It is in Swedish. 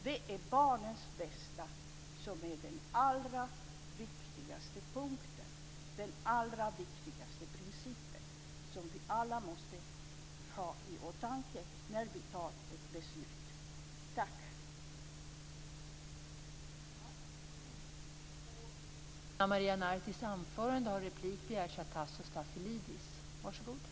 Det är barnens bästa som är den allra viktigaste punkten, den allra viktigaste principen. Detta måste vi ha i åtanke när vi fattar beslut. Tack!